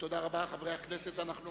חברי הכנסת, אנחנו